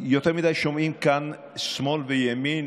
יותר מדי שומעים כאן שמאל וימין,